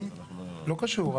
לא קשור.